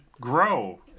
grow